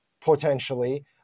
potentially